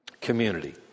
community